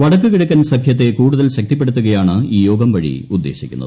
വടക്കു കിഴക്കൻ സഖ്യത്തെ കൂടുതൽ ശക്തിപ്പെടുത്തുകയാണ് ഈ യോഗം വഴി ഉദ്ദേശിക്കുന്നത്